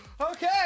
Okay